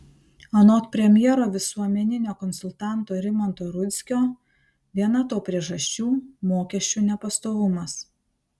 anot premjero visuomeninio konsultanto rimanto rudzkio viena to priežasčių mokesčių nepastovumas